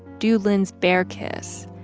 do lynn's bear kiss,